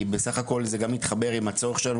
בסך הכול זה גם מתחבר עם הצורך שלנו